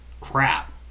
crap